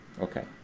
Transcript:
okay